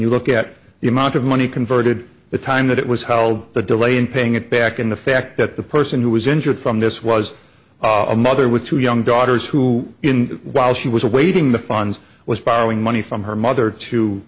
you look at the amount of money converted the time that it was how the delay in paying it back and the fact that the person who was injured from this was a mother with two young daughters who in while she was awaiting the funds was borrowing money from her mother to